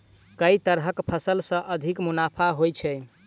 केँ तरहक फसल सऽ अधिक मुनाफा होइ छै?